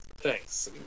Thanks